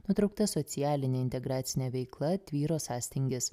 nutraukta socialinė integracinė veikla tvyro sąstingis